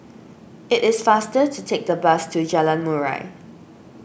it is faster to take the bus to Jalan Murai